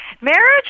Marriage